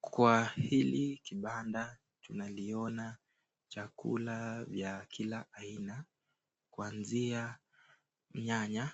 Kwa hili kibada tunaiona chakula ya Kila aina, kuanzia nyanya